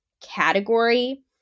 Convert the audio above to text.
category